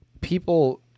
people